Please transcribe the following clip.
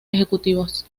ejecutivos